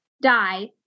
die